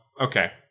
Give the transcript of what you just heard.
okay